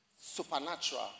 supernatural